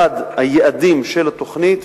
אחד היעדים של התוכנית,